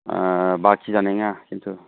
बाकि जानाय नङा किन्थु